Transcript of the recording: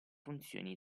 funzioni